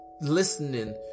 listening